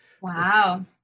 Wow